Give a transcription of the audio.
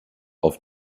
auf